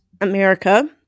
America